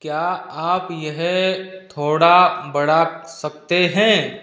क्या आप यह थोड़ा बढ़ा सकते हैं